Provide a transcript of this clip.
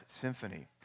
Symphony